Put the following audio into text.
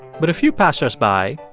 but a few passers-by,